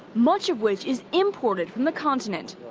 much of which is imported from the continent.